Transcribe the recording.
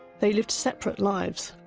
they lived separate lives.